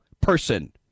person